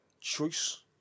choice